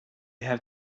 have